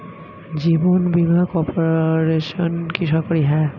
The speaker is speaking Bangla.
জীবন বীমা কর্পোরেশন কি সরকারি?